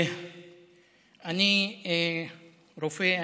אני רופא.